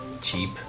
cheap